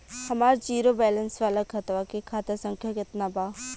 हमार zero balance वाला खतवा के खाता संख्या केतना बा?